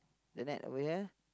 the net over there